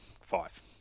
Five